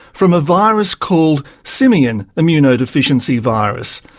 from a virus called simian immunodeficiency virus,